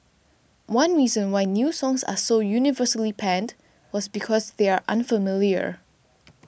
one reason why new songs are so universally panned was because they are unfamiliar